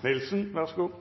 god